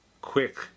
quick